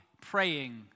praying